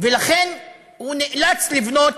ולכן הוא נאלץ לבנות